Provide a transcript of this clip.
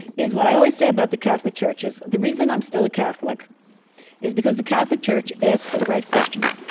is what i always say about the catholic church is, the reason i'm still a catholic is because the catholic church asks the right questions.